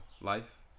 life